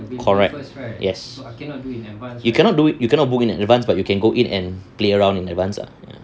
correct yes you cannot do it you cannot book in advance but you can go in and play around in advance lah ya